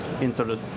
inserted